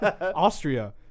Austria